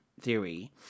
theory